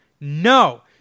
no